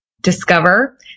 Discover